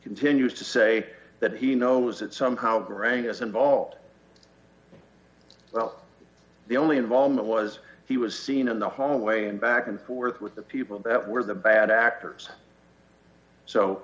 continues to say that he knows that somehow brain is involved well the only involvement was he was seen in the hallway and back and forth with the people that were the bad actors so